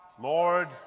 Lord